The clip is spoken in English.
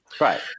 right